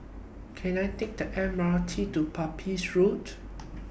Can I Take The M R T to Pepys Road